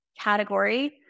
category